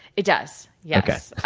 it does, yeah yes. okay.